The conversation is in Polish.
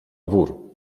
wór